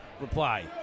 reply